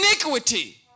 iniquity